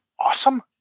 awesome